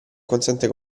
consente